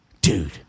dude